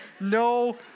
No